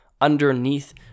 underneath